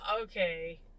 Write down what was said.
okay